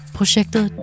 Projektet